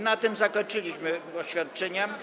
Na tym zakończyliśmy oświadczenia.